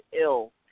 ill